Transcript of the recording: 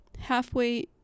halfway